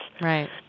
right